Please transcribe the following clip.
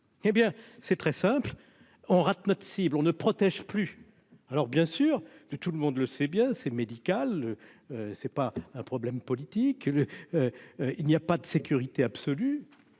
hé bien, c'est très simple, on rate notre cible, on ne protège plus, alors bien sûr, de tout le monde le sait bien c'est médical, c'est pas un problème politique, il n'y a pas de sécurité absolue